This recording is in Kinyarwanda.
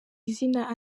izina